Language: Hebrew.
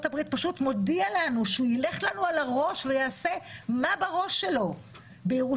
הברית פשוט מודיע לנו שהוא ילך לנו על הראש ויעשה מה בראש שלו בירושלים,